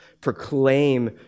proclaim